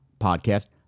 Podcast